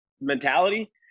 mentality